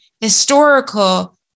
historical